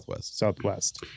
southwest